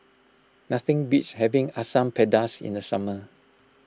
nothing beats having Asam Pedas in the summer